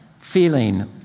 feeling